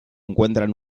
encuentran